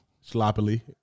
Sloppily